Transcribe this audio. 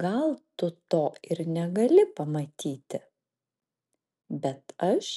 gal tu to ir negali pamatyti bet aš